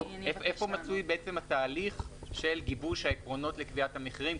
איפה מצוי התהליך של גיבוש העקרונות לקביעת המחירים?